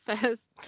says